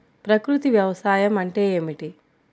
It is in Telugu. ప్రకృతి వ్యవసాయం అంటే ఏమిటి?